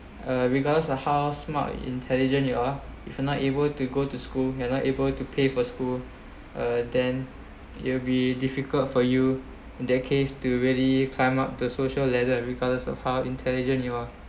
uh regardless of how smart intelligent you are if you not able to go to school you not able to pay for school uh then it will be difficult for you in that case to really climb up the social ladder regardless of how intelligent you are